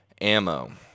Ammo